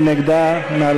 מי